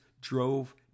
drove